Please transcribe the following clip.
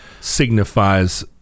signifies